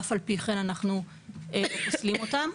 אף על פי כן אנחנו לא פוסלים אותם.